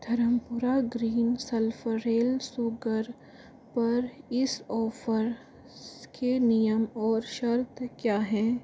Dharampura green sulphurless sugar पर इस offer के नियम और शर्त क्या हैं